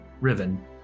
Riven